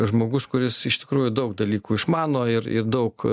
žmogus kuris iš tikrųjų daug dalykų išmano ir ir daug